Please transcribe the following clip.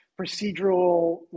procedural